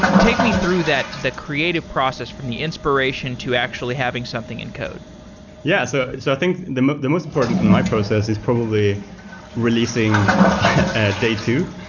take me through the creative process from the inspiration to actually having something in code yeah. so so i think the most the most important in my process is probably releasing day two.